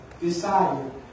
decided